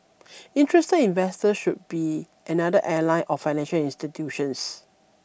interested investors should be another airline or financial institutions